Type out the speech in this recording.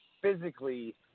physically